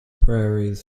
prairies